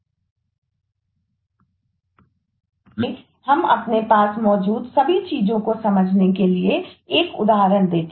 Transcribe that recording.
तो आइए हम अपने पास मौजूद सभी चीजों को समझने के लिए एक उदाहरण देखें